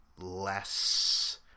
less